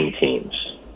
teams